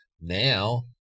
now